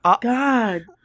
God